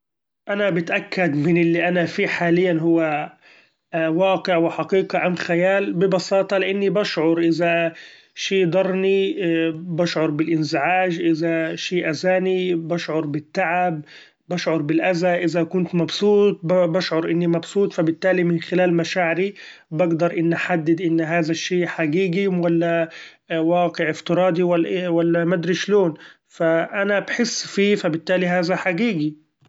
أنا بتأكد من اللي أنا فيه حاليا هو ‹hesitate › واقع وحقيقة ام خيال; ببساطة لإني بشعر إذا شي ضرني بشعر بالإنزعاچ ، إذا شي اذإني بشعر بالتعب بشعر بالاذى، إذا كنت مبسوط بشعر إني مبسوط ، ف بالتالي من خلال مشاعري بقدر إني احدد إن هذا الشئ حقيقي ولا واقع افتراضي ولا أيه ولا مدري أيش لون! ف أنا بحس فيه فبالتالي هذا حقيقي.